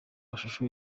mashusho